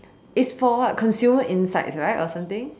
it's for what consumer insights right or something